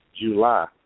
July